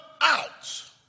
out